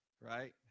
right